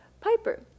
Piper